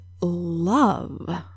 love